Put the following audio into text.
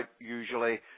usually